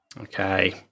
Okay